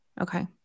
Okay